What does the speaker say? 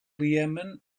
iemen